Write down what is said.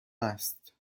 است